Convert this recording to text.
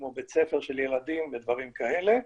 בית הספר של הילדים ודברים כאלה,